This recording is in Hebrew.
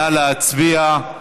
נא להצביע.